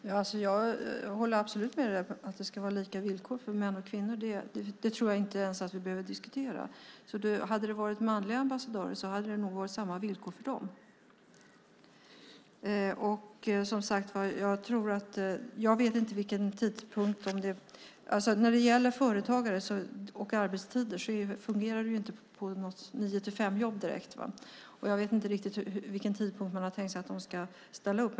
Herr talman! Jag håller absolut med om att det ska vara lika villkor för män och kvinnor. Det tror jag inte ens att vi behöver diskutera. Hade det varit manliga ambassadörer så hade det nog varit samma villkor för dem. Jag vet inte vilken tidpunkt det är fråga om. När det gäller företagare och arbetstider har man ju inte något nio-till fem-jobb direkt, och jag vet inte vid vilken tidpunkt det är tänkt att de ska ställa upp.